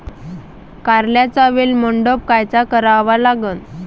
कारल्याचा वेल मंडप कायचा करावा लागन?